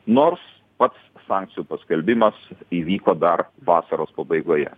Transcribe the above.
nors pats sankcijų paskelbimas įvyko dar vasaros pabaigoje